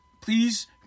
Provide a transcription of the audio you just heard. please